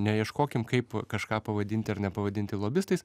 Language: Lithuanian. neieškokim kaip kažką pavadinti ar nepavadinti lobistais